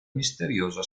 misteriosa